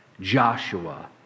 Joshua